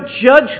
judge